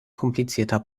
komplizierter